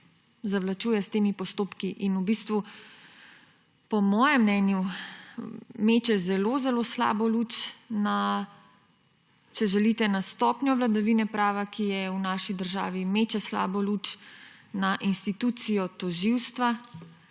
zavlačuje s temi postopki in po mojem mnenju meče zelo zelo slabo luč na, če želite, stopnjo vladavine prava, ki je v naši državi, meče slabo luč na institucijo tožilstva